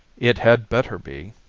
it had better be,